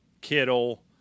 Kittle